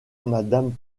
madame